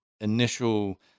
initial